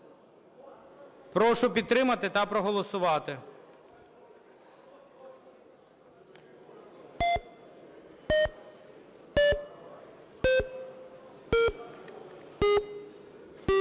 Прошу підтримати та проголосувати.